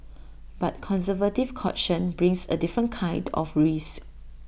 but conservative caution brings A different kind of risk